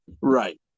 Right